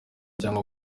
cyangwa